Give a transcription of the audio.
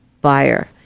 buyer